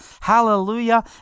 hallelujah